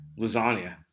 Lasagna